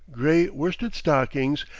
gray worsted stockings,